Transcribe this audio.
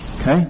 Okay